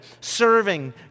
serving